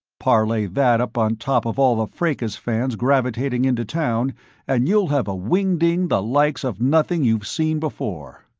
parlay that up on top of all the fracas fans gravitating into town and you'll have a wingding the likes of nothing you've seen before.